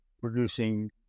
producing